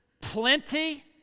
plenty